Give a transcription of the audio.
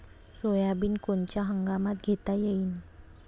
Soybean कोनच्या हंगामात घेता येईन?